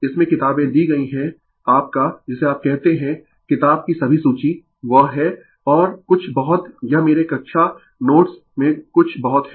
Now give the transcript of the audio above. इसमें किताबें दी गई है आपका जिसे आप कहते है किताब की सभी सूची वह है और कुछ बहुत यह मेरे कक्षा नोट्स में कुछ बहुत है